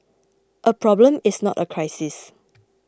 a problem is not a crisis